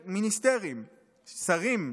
'מיניסטרים'" שרים,